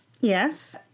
Yes